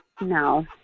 No